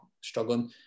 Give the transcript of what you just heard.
struggling